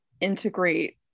integrate